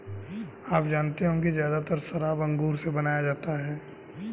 आप जानते होंगे ज़्यादातर शराब अंगूर से बनाया जाता है